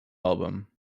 album